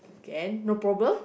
can no problem